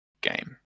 game